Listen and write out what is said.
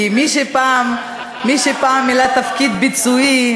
כי מי שפעם מילא תפקיד ביצועי,